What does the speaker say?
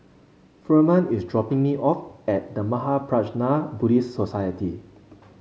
Firman is dropping me off at The Mahaprajna Buddhist Society